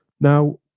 now